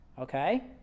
okay